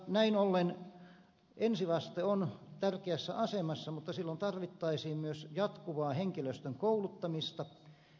näin ollen ensivaste on tärkeässä asemassa mutta silloin tarvittaisiin myös jatkuvaa henkilöstön kouluttamista